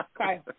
Okay